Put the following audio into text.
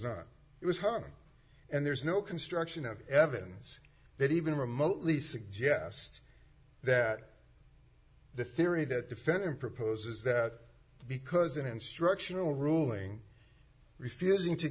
not it was hard and there's no construction of evidence that even remotely suggest that the theory that defendant proposes that because an instructional ruling refusing to